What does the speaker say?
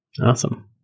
Awesome